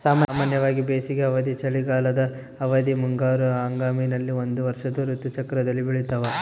ಸಾಮಾನ್ಯವಾಗಿ ಬೇಸಿಗೆ ಅವಧಿ, ಚಳಿಗಾಲದ ಅವಧಿ, ಮುಂಗಾರು ಹಂಗಾಮಿನಲ್ಲಿ ಒಂದು ವರ್ಷದ ಋತು ಚಕ್ರದಲ್ಲಿ ಬೆಳ್ತಾವ